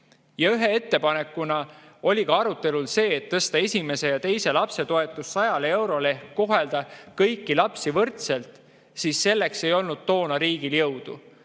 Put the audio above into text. ja ühe ettepanekuna oli arutelul see, et tõsta esimese ja teise lapse toetus 100 eurole ehk kohelda kõiki lapsi võrdselt, siis selleks ei olnud toona riigil jõudu.